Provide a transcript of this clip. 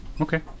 Okay